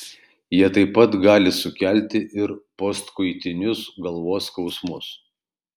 jie taip pat gali sukelti ir postkoitinius galvos skausmus